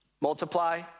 multiply